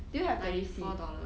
do you have the receipt